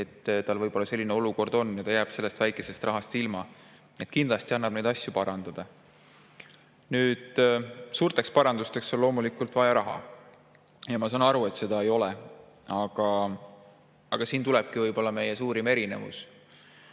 et tal selline olukord on, ja ta jääb sellest väikesest rahast ilma. Kindlasti annab neid asju parandada. Suurteks parandusteks on loomulikult vaja raha ja ma saan aru, et seda ei ole. Aga siit tulebki võib-olla meie suurim erinevus.